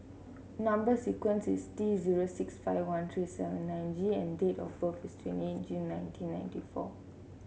number sequence is T zero six five one three seven nine G and date of birth is twenty eight June nineteen ninety four